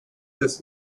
this